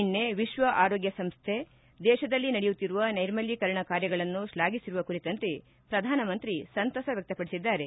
ನಿನ್ನೆ ವಿಶ್ವ ಆರೋಗ್ಯ ಸಂಸ್ಥೆ ದೇಶದಲ್ಲಿ ನಡೆಯುತ್ತಿರುವ ನೈರ್ಮಲೀಕರಣ ಕಾರ್ಯಗಳನ್ನು ಶ್ಲಾಘಿಸಿರುವ ಕುರಿತಂತೆ ಪ್ರಧಾನಮಂತ್ರಿ ಸಂತಸ ವ್ವಕ್ತಪಡಿಸಿದ್ದಾರೆ